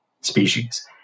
species